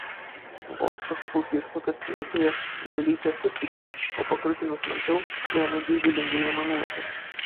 vos pasukau pieštuką skylutėje lėlytė sucypė o pakrutinus smarkiau ėmė geidulingai aimanuoti